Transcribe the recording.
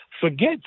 forget